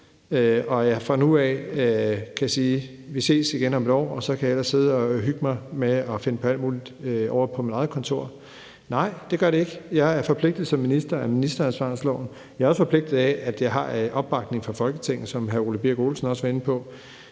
at jeg fra nu af kan sige, at vi ses igen om et år, og så ellers kan sidde og hygge mig med at finde på alt muligt ovre på mit eget kontor? Nej, det gør det ikke. Jeg er som minister forpligtet af ministeransvarlighedsloven. Jeg er også forpligtet af, at jeg har opbakning fra Folketinget. Som hr. Ole Birk Olesen også var inde på,